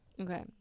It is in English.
Okay